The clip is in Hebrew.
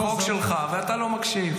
חוק שלך, ואתה לא מקשיב.